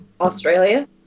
Australia